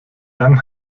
dann